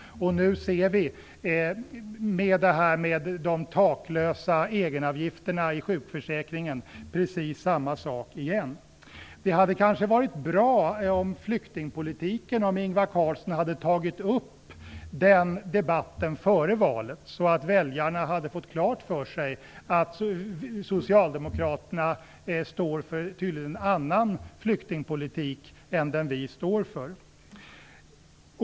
Nu ser vi precis samma sak hända igen med de taklösa egenavgifterna i sjukförsäkringen. Det hade kanske varit bra om Ingvar Carlsson hade tagit upp debatten om flyktingpolitiken före valet. Då hade väljarna fått klart för sig att Socialdemokraterna tydligen står för en annan flyktingpolitik än den Folkpartiet står för.